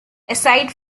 aside